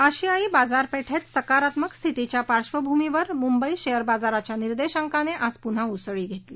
आशियाई बाजारपेठेत सकारात्मक स्थितीच्या पार्वभूमीवर मुंबई शेअर बाजाराच्या निर्देशांकाने आज पुन्हा उसळी घेतली